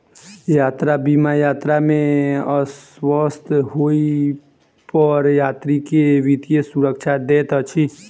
यात्रा बीमा यात्रा में अस्वस्थ होइ पर यात्री के वित्तीय सुरक्षा दैत अछि